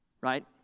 Right